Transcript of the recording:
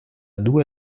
due